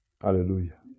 Hallelujah